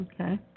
Okay